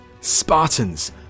Spartans